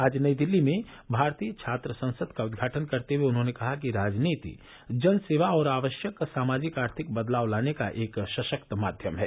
आज नई दिल्ली में भारतीय छात्र संसद का उद्घाटन करते हुए उन्होंने कहा कि राजनीति जनसेवा और आवश्यक सामाजिक आर्थिक बदलाव लाने का एक सशक्त माध्यम है